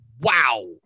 wow